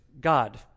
god